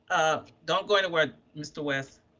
don't go into where mr. west.